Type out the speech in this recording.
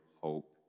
Hope